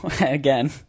Again